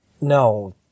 No